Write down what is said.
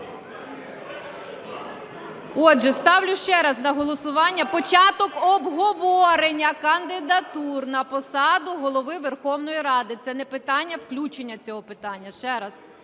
Отже, ставлю ще раз на голосування початок обговорення кандидатур на посаду Голови Верховної Ради. Це не питання включення цього питання,